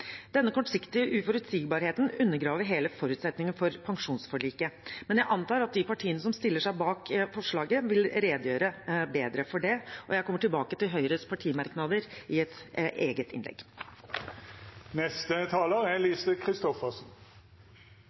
Denne kortsiktige uforutsigbarheten undergraver hele forutsetningen for pensjonsforliket, men jeg antar at de partiene som stiller seg bak forslaget, vil redegjøre bedre for det. Jeg kommer tilbake til Høyres partimerknader i et eget